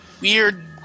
weird